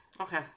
okay